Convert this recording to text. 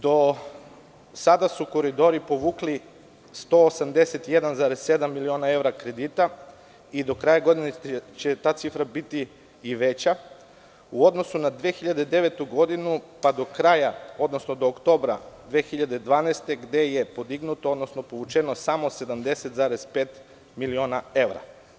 Do sada su „Koridori“ povukli 181,7 miliona evra kredita i do kraja godine će ta cifra biti i veća u odnosu na 2009. godinu, pa do oktobra 2012. gde je podignuto, odnosno povučeno samo 70,5 miliona evra.